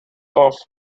off